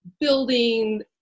building